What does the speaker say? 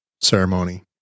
ceremony